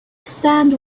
sand